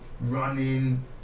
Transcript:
running